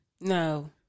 No